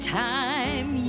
time